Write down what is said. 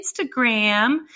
Instagram